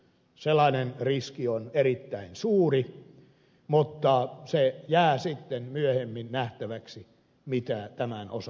sellainen riski on erittäin suuri mutta se jää sitten myöhemmin nähtäväksi mitä tämän osalta tapahtuu